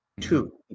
Two